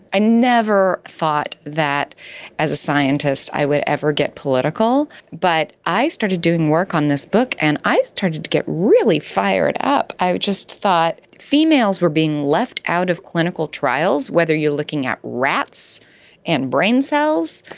i never thought that as a scientist i would ever get political but i started doing work on this book and i started to get really fired up. i just thought females were being left out of clinical trials, whether you are looking at rats and brain cells,